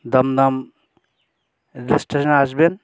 Dumdum rail স্টেশনে আসবেন